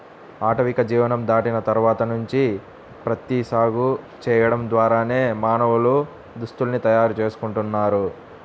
ఆటవిక జీవనం దాటిన తర్వాత నుంచి ప్రత్తి సాగు చేయడం ద్వారానే మానవులు దుస్తుల్ని తయారు చేసుకుంటున్నారు